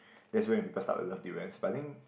that's when people start would love durians but I think